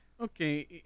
Okay